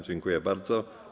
Dziękuję bardzo.